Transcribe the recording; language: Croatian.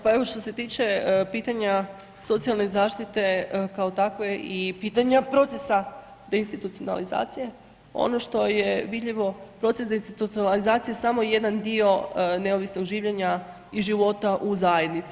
Pa evo što se tiče pitanja socijalne zaštite kao takve i pitanja procesa deinstitucionalizacije, ono što je vidljivo, proces deinstitucionalizacije je samo jedan dio neovisnog življenja i života u zajednici.